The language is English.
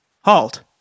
Halt